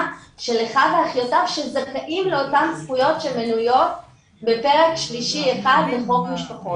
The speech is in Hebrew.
של אחיו ואחיותיו שזכאים לאותן זכויות שמנויות בפרק 3.1 לחוק משפחות.